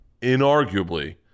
inarguably